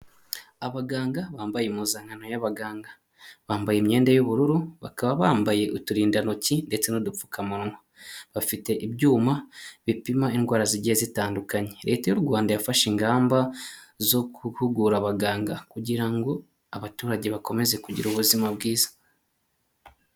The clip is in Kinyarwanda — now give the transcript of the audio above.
Abaganga bambaye impuzankanana y'abaganga, bambaye imyenda y'ubururu bakaba bambaye uturinda ntoki ndetse n'udupfukamunwa, bafite ibyuma bipima indwara zigiye zitandukanye. leta y'u Rwanda yafashe ingamba zo guhugura abaganga kugira ngo abaturage bakomeze kugira ubuzima bwiza.